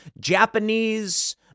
Japanese